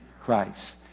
Christ